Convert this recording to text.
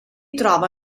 trova